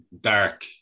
Dark